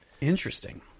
Interesting